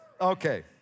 Okay